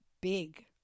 big